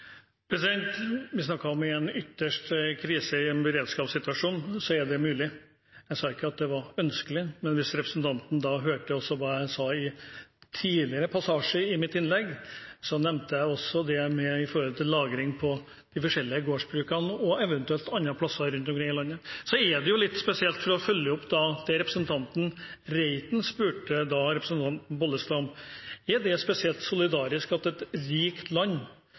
om at i en krise- og beredskapssituasjon er det mulig. Jeg sa ikke at det var ønskelig, men hvis representanten hørte etter hva jeg sa i en tidligere passasje i mitt innlegg, nevnte jeg også lagring på de forskjellige gårdsbrukene og eventuelt andre steder rundt om i landet. Så for å følge opp det representanten Reiten spurte representanten Pollestad om: Er det spesielt solidarisk at et rikt land